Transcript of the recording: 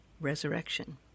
resurrection